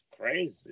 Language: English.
crazy